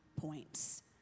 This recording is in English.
points